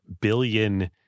billion